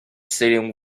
setting